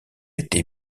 été